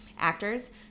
actors